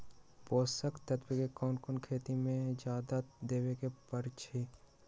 पोषक तत्व क कौन कौन खेती म जादा देवे क परईछी?